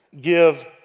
give